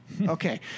Okay